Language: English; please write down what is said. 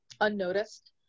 unnoticed